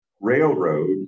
Railroad